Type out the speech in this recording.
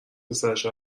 پسرش